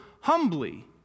humbly